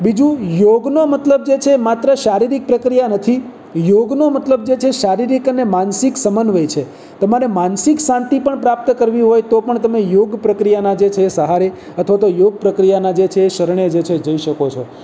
બીજું યોગનો મતલબ જે છે એ માત્ર શારીરિક પ્રક્રિયા નથી યોગનો મતલબ જે છે શારીરક અને માનસિક સમન્વય છે તમારે માનસિક શાંતિ પણ પ્રાપ્ત કરવી હોય તો પણ તમે યોગ પ્રક્રિયાના જે છે સહારે અથવા તો યોગ પ્રક્રિયાનાં જે છે શરણે જે છે જઈ શકો છો